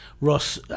Ross